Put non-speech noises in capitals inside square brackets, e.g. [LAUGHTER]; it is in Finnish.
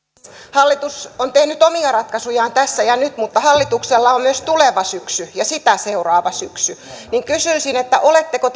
hallitus on tehnyt omia ratkaisujaan tässä ja nyt mutta hallituksella on myös tuleva syksy ja sitä seuraava syksy kysyisin oletteko [UNINTELLIGIBLE]